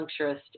acupuncturist